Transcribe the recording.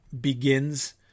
begins